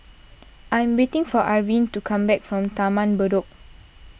I am waiting for Arvin to come back from Taman Bedok